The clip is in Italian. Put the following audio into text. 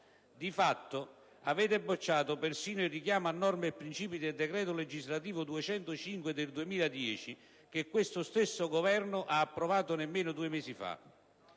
Di fatto, avete bocciato persino il richiamo a norme e principi del decreto legislativo n. 205 del 2010, che questo stesso Governo ha approvato nemmeno due mesi fa.